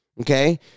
Okay